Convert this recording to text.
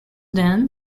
then